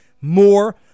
more